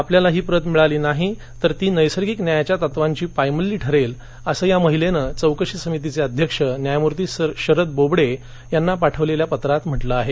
आपल्याला ही प्रत मिळाली नाही तर ती नैसर्गिक न्यायाच्या तत्त्वांची पायमल्ली ठरेल असं या महिलेनं चौकशी समितीचे अध्यक्ष न्यायमूर्ती शरद बोबडे यांना पाठवलेल्या पत्रात म्हटलं आहे